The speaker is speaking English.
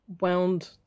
wound